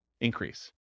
increase